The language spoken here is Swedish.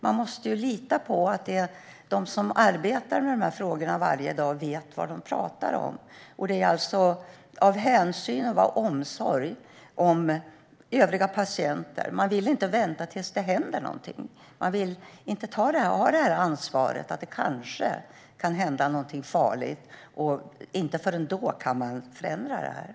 Man måste lita på att de som arbetar med dessa frågor varje dag vet vad de talar om. Det handlar om hänsyn och omsorg om övriga patienter. Man vill inte vänta tills det händer något. Man vill inte ha ansvaret att det kanske kan hända något farligt och veta att man först då kan förändra detta.